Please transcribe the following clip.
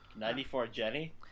94-JENNY